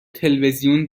تلویزیون